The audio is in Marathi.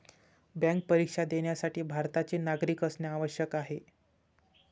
बँक परीक्षा देण्यासाठी भारताचे नागरिक असणे आवश्यक आहे